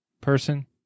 person